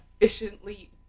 efficiently